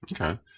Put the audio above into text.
Okay